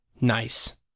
nice